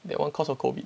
that one cause of COVID